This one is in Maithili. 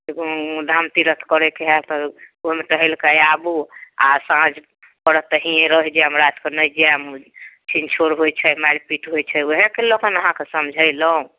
धाम तीरथ करैके हए तऽ ओहिमे टहलि कऽ आबू आ साँझ पड़त तऽ हिये रहि जाएम राति कऽ नहि जाएम छीन छोड़ होयत छै मारिपीट होयत छै ओएह कऽ लऽ के ने अहाँकेँ समझलहुँ